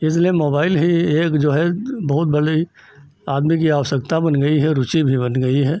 इसलिए मोबाइल ही एक जो है बहुत भले ही आदमी की आवश्यकता बन गई है रुचि भी बन गई है